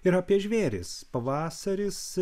ir apie žvėris pavasaris